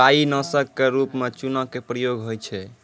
काई नासक क रूप म चूना के प्रयोग होय छै